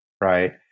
right